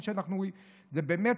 כאמור,